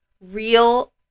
real